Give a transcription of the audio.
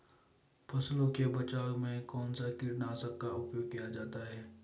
फसलों के बचाव में कौनसा कीटनाशक का उपयोग किया जाता है?